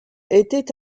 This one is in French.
était